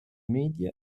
media